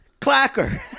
Clacker